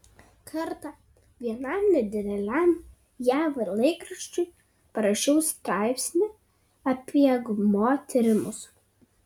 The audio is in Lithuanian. kartą vienam nedideliam jav laikraščiui parašiau straipsnį apie gmo tyrimus